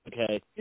Okay